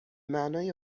معنای